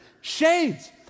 shades